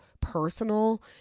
personal